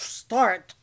start